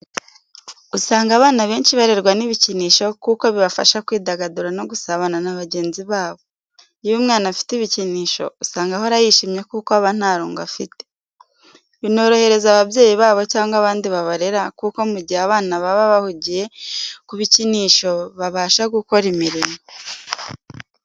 Usanga abana benshi barerwa n'ibikinisho kuko bibafasha kwidagadura no gusabana na bagenzi babo. Iyo umwana afite ibikinisho usanga ahora yishimye kuko aba nta rungu afite, binorohereza ababyeyi babo cyangwa abandi babarera kuko mu gihe abana baba bahugiye kubikinisho babasha gukora imirimo.